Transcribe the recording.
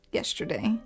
yesterday